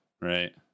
Right